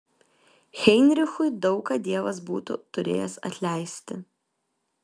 heinrichui daug ką dievas būtų turėjęs atleisti